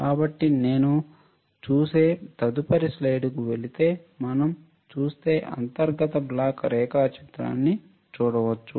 కాబట్టి నేను చూసే తదుపరి స్లైడ్కు వెళితే మనం చూసే అంతర్గత బ్లాక్ రేఖాచిత్రాన్ని చూడవచ్చు